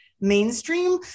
mainstream